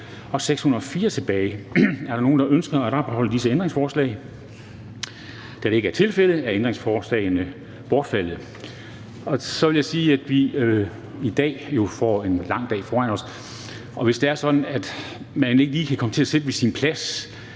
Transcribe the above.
og 604 tilbage. Er der nogen, der ønsker at opretholde disse ændringsforslag? Da det ikke er tilfældet, er ændringsforslagene bortfaldet. Så vil jeg sige, at vi jo i dag har en lang dag foran os, og hvis det er sådan, at man ikke lige kan komme til at sidde på sin plads